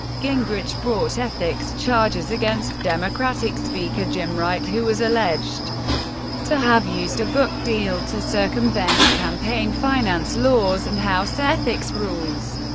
gingrich brought ethics charges against democratic speaker jim wright, who was alleged to have used a book deal to circumvent campaign-finance laws and house ethics rules.